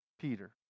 Peter